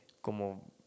Como